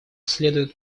следует